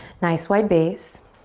nice wide base